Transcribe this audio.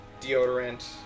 Deodorant